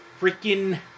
freaking